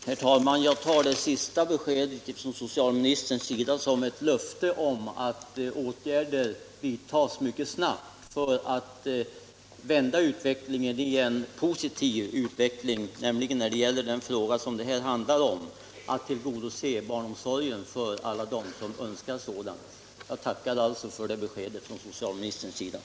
Herr talman! Jag tar det sista beskedet från socialministern som ett löfte om att åtgärder vidtas mycket snabbt för att vända utvecklingen i positiv riktning när det gäller att tillgodose barnomsorgen för alla dem som önskar sådan. Jag tackar alltså socialministern för det beskedet.